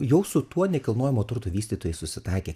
jau su tuo nekilnojamo turto vystytojai susitaikė